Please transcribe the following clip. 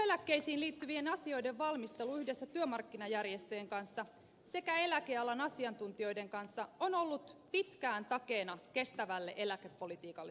työeläkkeisiin liittyvien asioiden valmistelu yhdessä työmarkkinajärjestöjen kanssa sekä eläkealan asiantuntijoiden kanssa on ollut pitkään takeena kestävälle eläkepolitiikalle suomessa